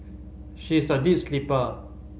she is a deep sleeper